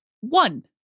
one